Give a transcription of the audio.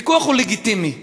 הוויכוח הוא לגיטימי,